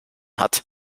hat